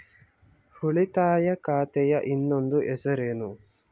ಉಳಿತಾಯ ಖಾತೆಯ ಇನ್ನೊಂದು ಹೆಸರೇನು?